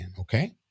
okay